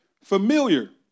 Familiar